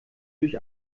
durch